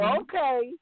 okay